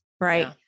right